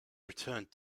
returned